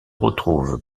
retrouve